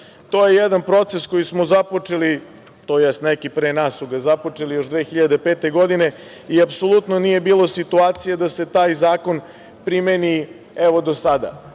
To je jedan proces koji smo započeli, tj. neki pre nas su ga započeli još 2005. godine i apsolutno nije bilo situacije da se taj zakon primeni do sada. Tek